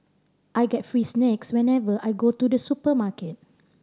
I get free snacks whenever I go to the supermarket